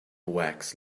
wax